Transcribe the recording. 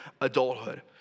adulthood